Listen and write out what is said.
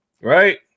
right